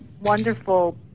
wonderful